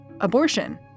abortion